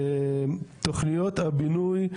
תוכניות הבינוי,